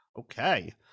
Okay